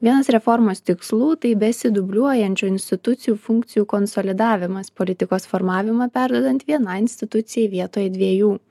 vienas reformos tikslų tai besidubliuojančių institucijų funkcijų konsolidavimas politikos formavimą perduodant vienai institucijai vietoje dviejų